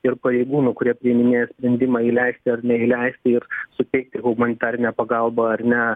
ir pareigūnų kurie priiminėja sprendimą įleisti ar neįleisti ir suteikti humanitarinę pagalbą ar ne